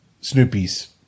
Snoopy's